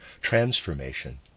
transformation